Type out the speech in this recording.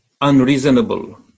Unreasonable